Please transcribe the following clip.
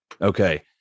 Okay